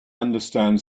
understand